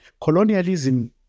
Colonialism